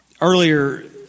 Earlier